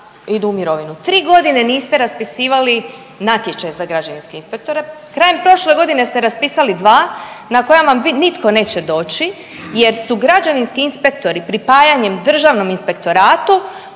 idu u mirovinu, 3.g. niste raspisivali natječaj za građevinske inspektore. Krajem prošle godine ste raspisali dva na koja vam nitko neće doći jer su građevinski inspektori pripajanjem državnom inspektoratu